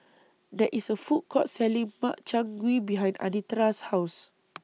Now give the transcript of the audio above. There IS A Food Court Selling Makchang Gui behind Anitra's House